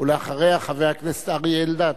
אחריה, חבר הכנסת אריה אלדד.